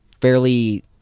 fairly